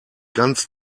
ganz